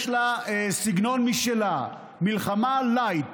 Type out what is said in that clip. יש לה סגנון משלה, מלחמה לייט.